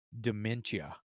dementia